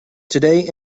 today